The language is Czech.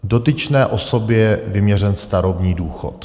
Dotyčné osobě vyměřen starobní důchod.